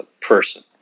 person